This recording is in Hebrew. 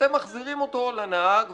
אתם מחזירים אותו לנהג,